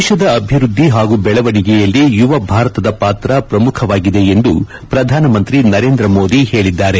ದೇಶದ ಅಭಿವ್ವದ್ದಿ ಹಾಗೂ ಬೆಳವಣಿಗೆಯಲ್ಲಿ ಯುವ ಭಾರತದ ಪಾತ್ರ ಪ್ರಮುಖವಾಗಿದೆ ಎಂದು ಪ್ರಧಾನಮಂತ್ರಿ ನರೇಂದ್ರ ಮೋದಿ ಹೇಳಿದ್ದಾರೆ